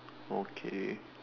okay